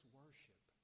worship